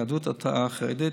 היהדות החרדית,